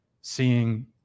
seeing